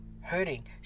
hurting